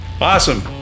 awesome